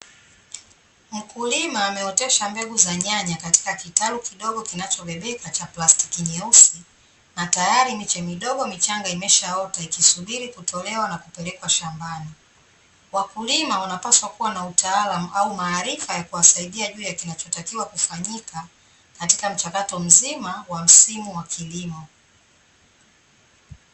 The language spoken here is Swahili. Mkulima ameotesha mbegu za nyanya katika kitalu kidogo kinachobebeka cha plastiki nyeusi, na tayari miche midogo michanga imeshaota, ikisubiri kutolewa na kupelekwa shambani. Wakulima wanapaswa kuwa na utaalamu au maarifa ya kuwasaidia juu ya kinachotakiwa kufanyika, katika mchakato mzima wa msimu wa kilimo.